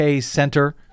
Center